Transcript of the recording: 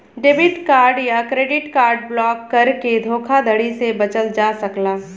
debit card या credit card block करके धोखाधड़ी से बचल जा सकला